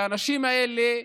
שהאנשים האלה,